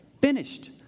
Finished